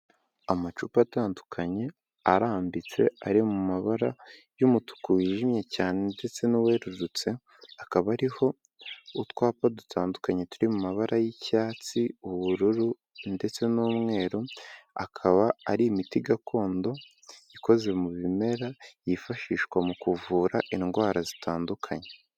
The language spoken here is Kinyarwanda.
Amacupa atandukanye arambitse ari mu mabara y'umutuku wijimye cyane ndetse n'uwerurutse, akaba ariho utwapa dutandukanye turi mu mabara y'icyatsi, ubururu ndetse n'umweru, akaba ari imiti gakondo ikoze mu bimera, yifashishwa mu kuvura indwara zitandukanye.